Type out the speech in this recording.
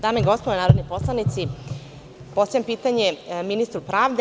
Dame i gospodo narodni poslanici, postavljam pitanje ministru pravde.